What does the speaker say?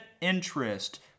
interest